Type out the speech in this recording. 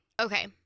Okay